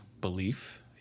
belief